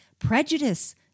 prejudice